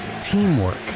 Teamwork